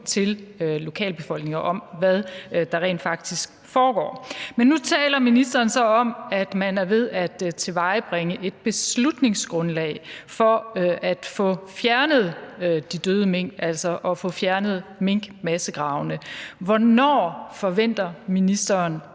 til lokalbefolkningen om, hvad der rent faktisk foregår. Men nu taler ministeren så om, at man er ved at tilvejebringe et beslutningsgrundlag for at få fjernet de døde mink, altså at få fjernet minkmassegravene. Hvornår forventer ministeren